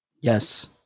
Yes